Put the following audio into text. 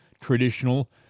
traditional